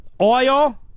Oil